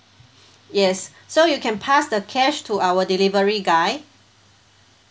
yes so you can pass the cash to our delivery guy